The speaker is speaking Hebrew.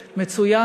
מצוין,